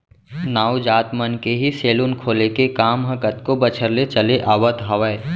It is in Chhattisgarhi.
नाऊ जात मन के ही सेलून खोले के काम ह कतको बछर ले चले आवत हावय